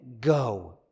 go